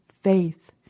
faith